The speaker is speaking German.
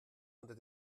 unter